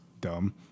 dumb